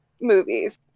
movies